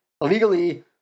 illegally